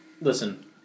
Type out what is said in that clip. Listen